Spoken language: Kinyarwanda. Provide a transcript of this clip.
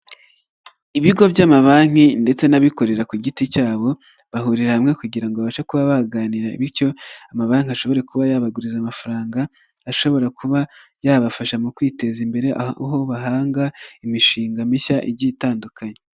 Ibigo by'amabanki ndetse n'abikorera ku giti cyabo, bahurira hamwe kugira ngo babashe kuba baganira bityo ama banki ashobore kuba yabaguriza amafaranga. Ashobora kuba yabafasha mu kwiteza imbere. Aho bahanga imishinga mishya igiye itandukanye.